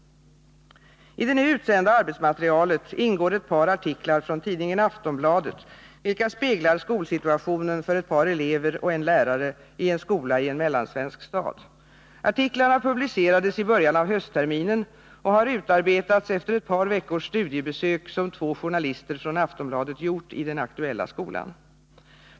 I det nu utsända arbetsmaterialet ingår ett par artiklar från tidningen Aftonbladet, vilka speglar skolsituationen för ett par elever och en lärare i en skola i en mellansvensk stad. Artiklarna publicerades i början av höstterminen och har utarbetats efter ett par veckors studiebesök som två journalister från Aftonbladet gjort i den aktuella skolan.